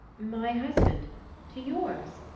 my husband to yours?